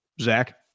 Zach